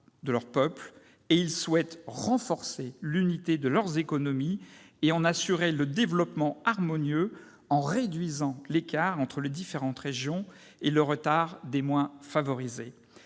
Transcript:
de leurs peuples », et ils souhaitent « renforcer l'unité de leurs économies et en assurer le développement harmonieux, en réduisant l'écart entre les différentes régions et le retard des moins favorisées